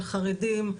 על חרדים,